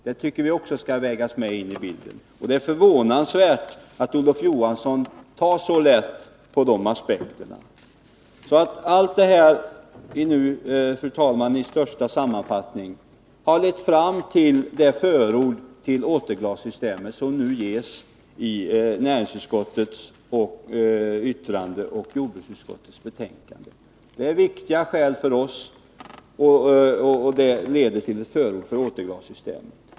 Detta tycker jag att man också skall väga in i bilden, och jag är förvånad över att Olof Johansson tar så lätt på den aspekten. Allt detta, i största sammanfattning, har lett fram till det förord för återglassystemet som nu ges i näringsutskottets yttrande och jordbruksut skottets betänkande. Det är viktiga skäl för oss som leder till förordet för återglassystemet.